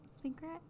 secret